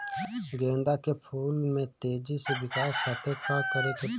गेंदा के फूल में तेजी से विकास खातिर का करे के पड़ी?